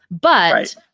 but-